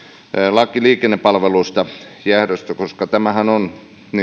laki liikennepalveluista ja ehdoista koska tämähän on